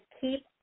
keep